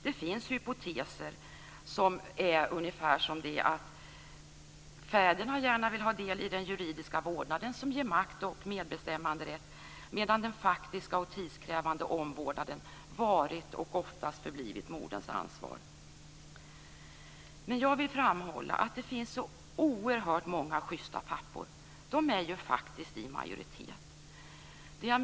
Det finns hypoteser om att fäderna gärna vill ha del i den juridiska vårdnaden, som ger makt och medbestämmanderätt, medan den faktiska och tidskrävande omvårdnaden varit och oftast förblivit moderns ansvar. Jag vill framhålla att det finns oerhört många schysta pappor. De är faktiskt i majoritet.